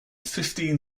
fifteen